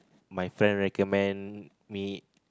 my friend recommend me